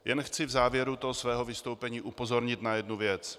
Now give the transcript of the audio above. Jen chci v závěru svého vystoupení upozornit na jednu věc.